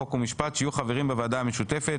חוק ומשפט שיהיו חברים בוועדה המשותפת